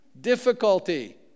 Difficulty